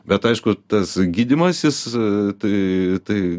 bet aišku tas gydymasis tai tai